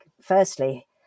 firstly